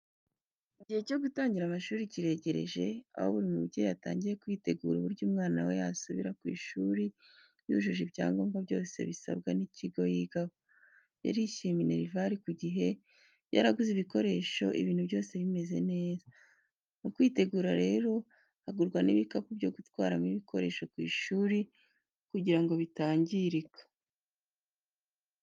Igihe cyo gutangira amashuri kiregereje, aho buri mubyeyi atangiye kwitegura uburyo umwana we yazasubira ku ishuri yujuje ibyangombwa byose bisabwa n'ikigo yigaho, yarishyuye minerivare ku gihe, yaraguze ibikoresho ibintu byose bimeze neza. Mu kwitegura rero hagurwa n'ibikapu byo gutwaramo ibikoresho ku ishuri kugira ngo bitangirika.